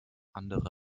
andere